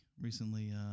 recently